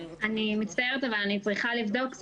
אני צריכה לבדוק,